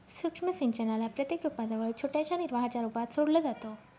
सूक्ष्म सिंचनाला प्रत्येक रोपा जवळ छोट्याशा निर्वाहाच्या रूपात सोडलं जातं